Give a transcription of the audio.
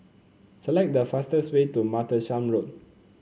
select the fastest way to Martlesham Road